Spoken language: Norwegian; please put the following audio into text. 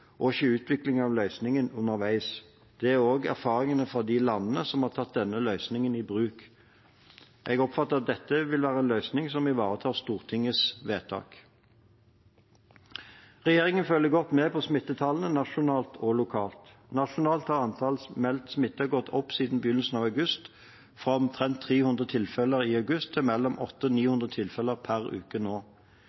og skje utvikling av løsningen underveis. Det er også erfaringene fra de landene som har tatt denne løsningen i bruk. Jeg oppfatter at dette vil være en løsning som ivaretar Stortingets vedtak. Regjeringen følger godt med på smittetallene nasjonalt og lokalt. Nasjonalt har antallet meldte smittede gått opp siden begynnelsen av august, fra omtrent 300 tilfeller i august til